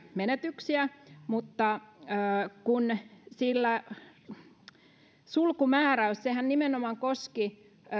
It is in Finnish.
menetyksiä mutta sulkumääräyshän nimenomaan koski